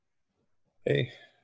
Hey